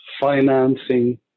financing